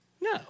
No